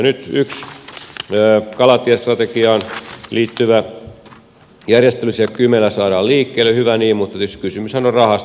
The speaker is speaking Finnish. nyt yksi kalatiestrategiaan liittyvä järjestely siellä kymellä saadaan liikkeelle hyvä niin mutta tietysti kysymyshän on rahasta